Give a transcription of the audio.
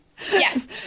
Yes